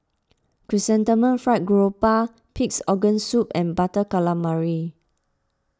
Chrysanthemum Fried Garoupa Pig's Organ Soup and Butter Calamari